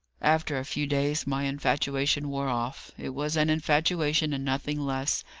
after a few days my infatuation wore off. it was an infatuation, and nothing less,